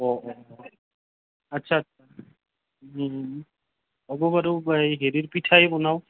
অঁ অঁ অঁ আচ্ছা হ'ব বাৰু এই হেৰিৰ পিঠাই বনাওঁ